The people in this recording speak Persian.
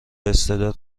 استعداد